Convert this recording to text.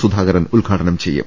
സുധാകരൻ ഉദ്ഘാടനം ചെയ്യും